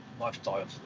lifestyles